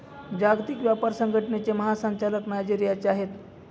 जागतिक व्यापार संघटनेचे महासंचालक नायजेरियाचे आहेत